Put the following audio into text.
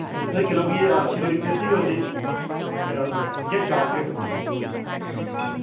ꯅꯣꯏ ꯀꯩꯅꯣꯒꯤ ꯁꯤꯔꯣꯏ ꯐꯦꯁꯇꯤꯚꯦꯜꯁꯤ ꯗꯦꯠ ꯀꯌꯥꯃꯨꯛꯇꯒꯤ ꯍꯧꯗꯧꯒꯦ ꯁꯤꯕꯣ